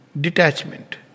detachment